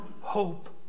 hope